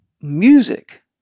music